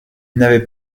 n’avait